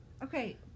Okay